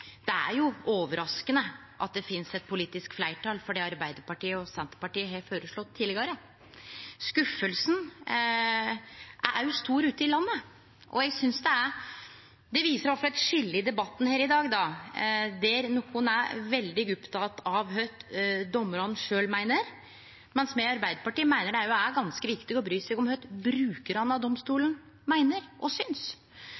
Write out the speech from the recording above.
Det er jo overraskande at det finst eit politisk fleirtal for det Arbeidarpartiet og Senterpartiet har føreslege tidlegare. Skuffelsen er òg stor ute i landet. Det viser iallfall eit skilje i debatten her i dag, der nokon er veldig opptekne av kva dommarane sjølve meiner, mens me i Arbeidarpartiet meiner det òg er ganske viktig å bry seg om kva brukarane av